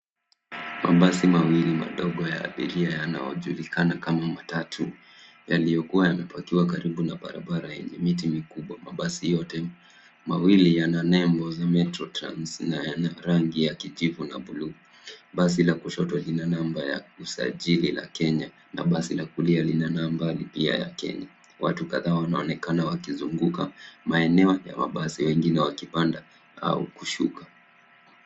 Mabasi mawili madogo ya abiria yanayojulikana kama matatu yaliyokuwa yamepakiwa karibu na barabara yenye miti mikubwa. Mabasi yote mawili yana nembo za Metro Trans na yana rangi ya kijivu na buluu. Basi la kushoto lina namba ya usajili la Kenya na basi la kulia lina namba ya Kenya. Watu kadhaa wanaonekana wakizunguka maeneo ya mabasi wengine wakipanda au kushuka.